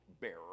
bearer